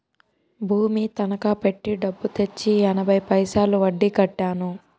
భూమి తనకా పెట్టి డబ్బు తెచ్చి ఎనభై పైసలు వడ్డీ కట్టాను